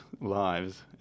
lives